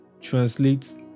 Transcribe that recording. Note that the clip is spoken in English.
translate